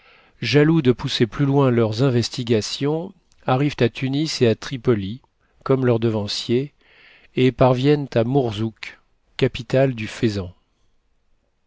jaloux de pousser plus loin leurs investigations arrivent à tunis et à tripoli comme leurs devanciers et parviennent à mourzouk capitale du